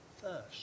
first